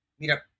Meetup